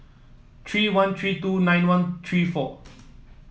three one three two nine one three four